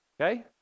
Okay